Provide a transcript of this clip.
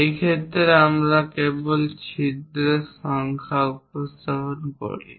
এই ক্ষেত্রে আমরা কেবল ছিদ্রের সংখ্যা উপস্থাপন করি